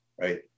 right